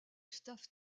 staff